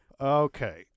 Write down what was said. Okay